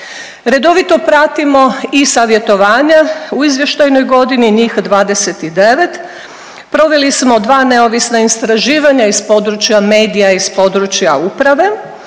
Redovito pratimo i savjetovanja u izvještajnoj godini, njih 29, proveli smo 2 neovisna istraživanja iz područja medija i iz područja uprave,